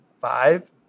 five